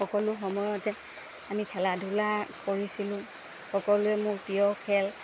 সকলো সময়তে আমি খেলা ধূলা কৰিছিলোঁ সকলোৱে মোৰ প্ৰিয় খেল